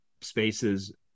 spaces